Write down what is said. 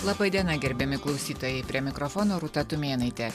laba diena gerbiami klausytojai prie mikrofono rūta tumėnaitė